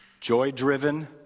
Joy-driven